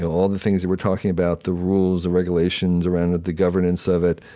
all the things that we're talking about the rules, the regulations around the governance of it,